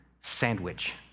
sandwich